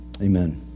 Amen